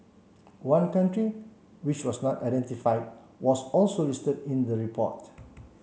one country which was not identified was also listed in the report